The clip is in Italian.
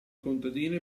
contadino